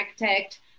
architect